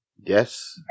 Yes